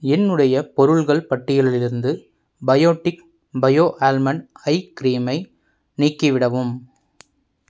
என்னுடைய பொருட்கள் பட்டியலிலிருந்து பயோடிக் பயோ ஆல்மண்ட் ஐ கிரீமை நீக்கிவிடவும்